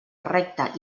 recta